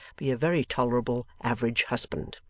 be a very tolerable, average husband.